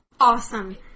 awesome